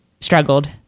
struggled